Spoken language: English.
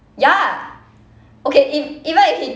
ya okay ev~ even if he